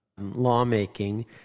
lawmaking